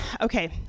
okay